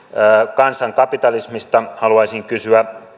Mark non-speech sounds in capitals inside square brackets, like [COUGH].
kansankapitalismista haluaisin kysyä [UNINTELLIGIBLE]